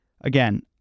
again